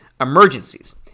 emergencies